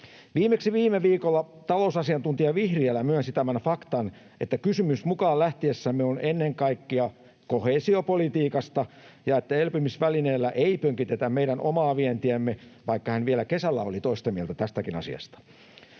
Viimeksi viime viikolla talousasiantuntija Vihriälä myönsi tämän faktan, että kysymys mukaan lähtiessämme on ennen kaikkea koheesiopolitiikasta ja että elpymisvälineellä ei pönkitetä meidän omaa vientiämme, vaikka hän vielä kesällä oli toista mieltä tästäkin asiasta.